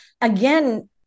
again